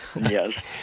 Yes